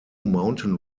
mountain